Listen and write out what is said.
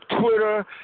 Twitter